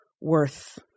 worth